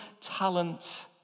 talent